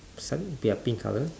sun their pink colour